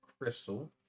crystal